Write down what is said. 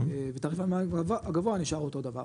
ותעריף המים הגבוה נשאר אותו דבר.